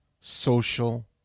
social